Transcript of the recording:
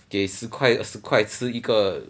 给十块二十块吃一个